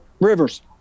Rivers